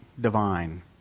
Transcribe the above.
divine